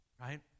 right